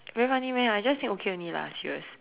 very funny meh I just said okay only lah serious